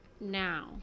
now